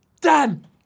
Dan